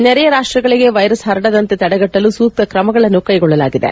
ನೆರೆಯ ರಾಷ್ಟಗಳಿಗೆ ವೈರಸ್ ಪರಡದಂತೆ ತಡೆಗಟ್ಟಲು ಸೂಕ್ತ ಕ್ರಮಗಳನ್ನು ಕೈಗೊಳ್ಳಲಾಗಿದೆ